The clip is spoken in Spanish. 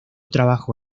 trabajo